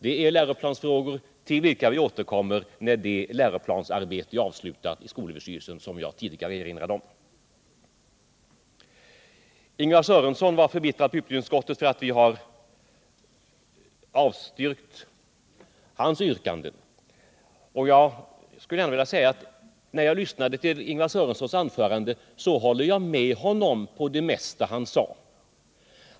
Det är läroplansfrågor, till vilka vi återkommer när det läroplansarbete i SÖ är avslutat som jag tidigare erinrade om. Lars-Ingvar Sörenson var förbittrad på utbildningsutskottet för att vi inom detta avstyrkt hans yrkande. När jag lyssnade till Lars-Ingvar Sörensons anförande höll jag med honom om det mesta av vad han sade.